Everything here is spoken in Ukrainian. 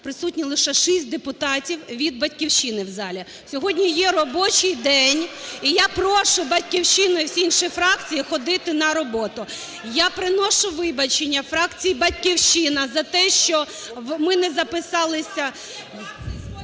присутні лише шість депутатів від "Батьківщини" в залі. (Шум у залі) Сьогодні є робочий день, і я прошу "Батьківщину" і всі інші фракції ходити на роботу. Я приношу вибачення фракції "Батьківщина" за те, що ми не записалися…